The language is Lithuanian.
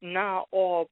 na o